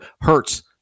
hurts